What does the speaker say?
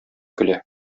көлә